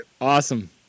Awesome